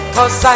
Cause